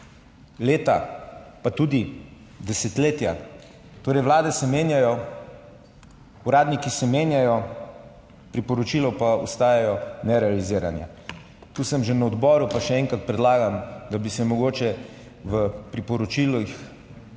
leta pa tudi desetletja, torej, vlade se menjajo, uradniki se menjajo, priporočila pa ostajajo nerealizirana. To sem že na odboru pa še enkrat predlagam, da bi se mogoče v priporočilih